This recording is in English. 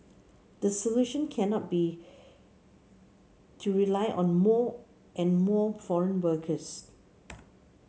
the solution cannot be to rely on more and more foreign workers